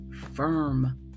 Firm